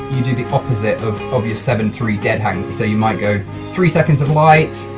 you do the opposite of of your seven three dead hangs. so you might go three seconds of light